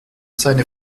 seine